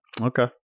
Okay